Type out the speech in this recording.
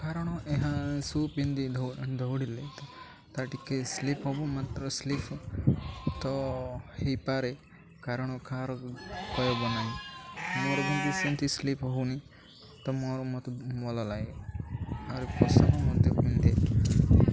କାରଣ ଏହା ସୁ ପିନ୍ଧି ଦୌଡ଼ିଲେ ତାହା ଟିକେ ସ୍ଲିପ୍ ହବ ମାତ୍ର ସ୍ଲିପ୍ ତ ହେଇପାରେ କାରଣ କହାର କହିହେବ ନାହିଁ ମୋର କିନ୍ତୁ ସେମିତି ସ୍ଲିପ୍ ହଉନି ତ ମୋର ମୋତେ ଭଲ ଲାଗେ ଆର୍ ପସନ୍ଦ ମଧ୍ୟ ପିନ୍ଧେ